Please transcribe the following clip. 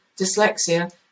dyslexia